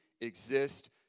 exist